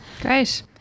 Great